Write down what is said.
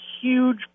huge